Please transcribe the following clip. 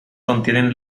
contienen